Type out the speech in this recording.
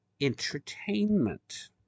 entertainment